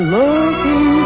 looking